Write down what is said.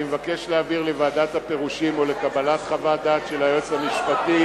אני מבקש להעביר לוועדת הפירושים או לקבל חוות דעת מהיועץ המשפטי